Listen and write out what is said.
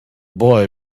boy